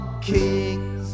kings